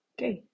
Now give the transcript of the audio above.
Okay